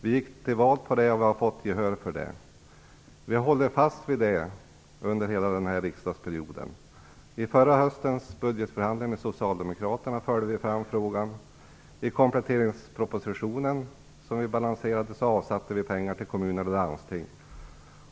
Vi gick till val på detta och fick också gehör för det. Vi har hållit fast vid kravet under hela denna riksdagsperiod. Vid förra höstens budgetförhandling med Socialdemokraterna förde vi fram frågan. I kompletteringspropositionen, som vi balanserade, avsattes pengar till kommuner och landsting.